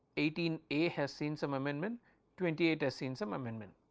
eighteen a has seen some amendment twenty eight has seen some amendment.